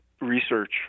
research